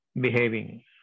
behaving